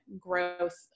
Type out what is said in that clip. growth